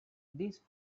these